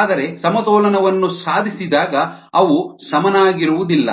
ಆದರೆ ಸಮತೋಲನವನ್ನು ಸಾಧಿಸಿದಾಗ ಅವು ಸಮಾನವಾಗಿರುವುದಿಲ್ಲ